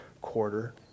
quarter